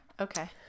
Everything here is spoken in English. Okay